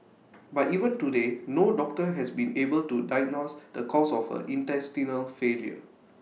but even today no doctor has been able to diagnose the cause of her intestinal failure